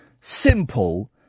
simple